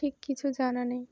ঠিক কিছু জানা নেই